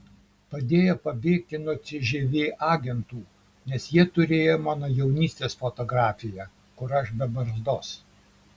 padėjo pabėgti nuo cžv agentų nes jie turėjo mano jaunystės fotografiją kur aš be barzdos